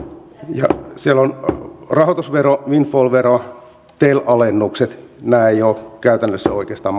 ja siellä on rahoitusvero windfall vero tel alennukset nämä eivät ole käytännössä oikeastaan